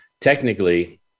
technically